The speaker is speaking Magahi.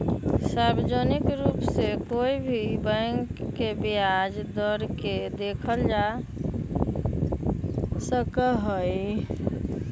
सार्वजनिक रूप से कोई भी बैंक के ब्याज दर के देखल जा सका हई